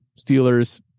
Steelers